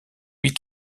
huit